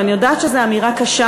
ואני יודעת שזו אמירה קשה